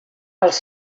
els